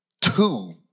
two